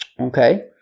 Okay